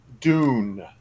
Dune